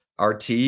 rt